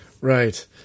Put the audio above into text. Right